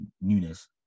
Nunes